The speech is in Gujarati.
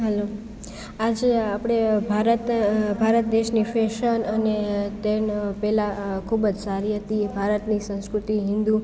હાલો આજે આપણે ભારત ભારત દેશની ફેશન અને તેના પહેલા ખૂબ જ સારી હતી ભારતની સંસ્કૃતિ હિન્દુ